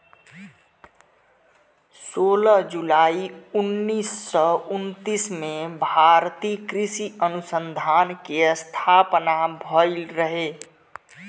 सोलह जुलाई उन्नीस सौ उनतीस में भारतीय कृषि अनुसंधान के स्थापना भईल रहे